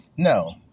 No